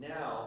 Now